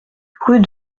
rue